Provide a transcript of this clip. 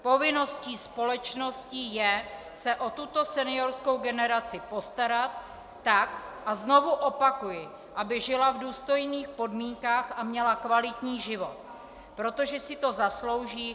Povinností společnosti je se o tuto seniorskou generaci postarat tak, a znovu opakuji, aby žila v důstojných podmínkách a měla kvalitní život, protože si to zaslouží.